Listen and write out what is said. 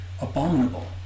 Abominable